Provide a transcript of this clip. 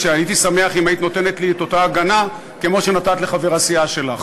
שהייתי שמח אם היית נותנת לי את ההגנה כמו שנתת לחבר הסיעה שלך,